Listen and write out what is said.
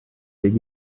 did